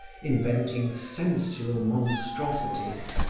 inventing sensual monstrosities,